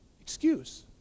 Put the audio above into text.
excuse